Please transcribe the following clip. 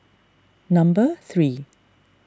number three